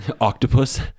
Octopus